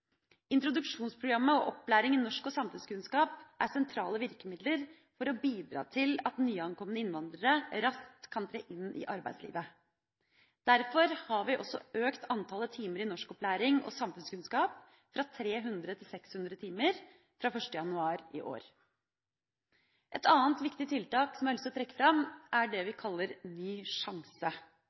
Introduksjonsprogrammet og opplæring i norsk og samfunnskunnskap er sentrale virkemidler for å bidra til at nyankomne innvandrere raskt kan tre inn i arbeidslivet. Derfor har vi også økt antallet timer i norskopplæring og samfunnskunnskap fra 300 til 600 timer, fra 1. januar i år. Et annet viktig tiltak som jeg har lyst til å trekke fram, er det vi kaller Ny sjanse.